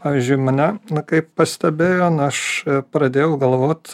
pavyzdžiui mane na kaip pastebėjo na aš pradėjau galvot